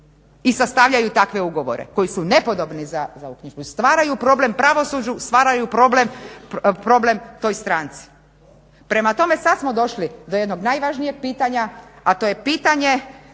i sastavljaju takve ugovore koji su nepotobni za uknjižbu, stvaraju problem pravosuđu, stvaraju problem toj stranci. Prema tome, sada smo došli do jednog najvažnijeg pitanja, a to je pitanja